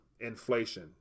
inflation